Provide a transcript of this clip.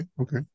Okay